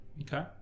okay